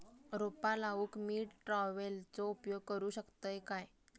रोपा लाऊक मी ट्रावेलचो उपयोग करू शकतय काय?